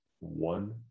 one